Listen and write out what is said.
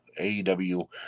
AEW